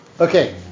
Okay